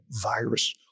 virus